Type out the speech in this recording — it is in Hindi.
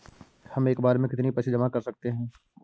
हम एक बार में कितनी पैसे जमा कर सकते हैं?